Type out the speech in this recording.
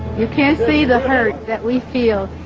you can't see the hurt that we feel,